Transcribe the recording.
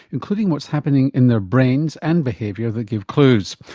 including what's happening in their brains and behaviour that give clues.